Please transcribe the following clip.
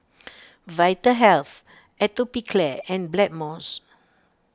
Vitahealth Atopiclair and Blackmores